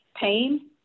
pain